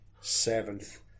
seventh